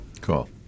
Cool